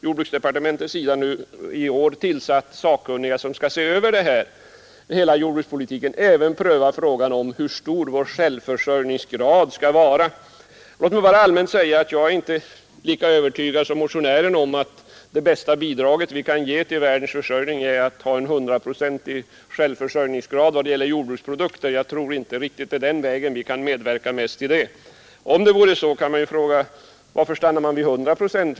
Jordbruksdepartementet har dessutom i år tillsatt sakkunniga som skall se över hela jordbrukspolitiken och även frågan om hur stor vår självförsörjningsgrad skall vara. Låt mig bara allmänt säga att jag inte är lika övertygad som motionärerna om att det bästa bidraget vi kan ge till världens försörjning är en 100-procentig självförsörjningsgrad vad gäller jordbruksprodukter. Jag tror inte riktigt att det är den vägen vi kan medverka bäst. Om det vore så, kan man ju fråga varför vi skulle stanna vid 100 procent.